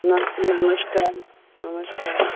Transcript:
नम नमस्कार नमस्कार